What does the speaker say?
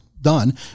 done